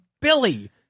Billy